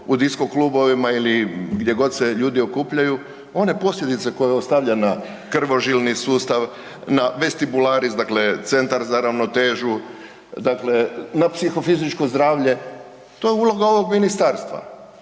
u disko klubovima ili gdje god se ljudi okupljaju, one posljedice koje ostavlja na krvožilni sustav, na vestibularis, dakle centar za ravnotežu, dakle na psihofizičko zdravlje, to je uloga ovog ministarstva.